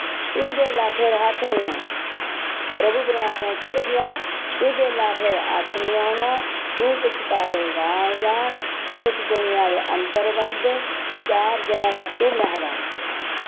एह् बेल्ला फिर हत्थ नि औना प्रभु परमात्मै केह् लिखेआ एह् बेल्ला फिर हत्थ नि औना तू पछताएगा अनजान इस दुनिया दे अंदर बंदे चार दिनें दा तूं मैहमान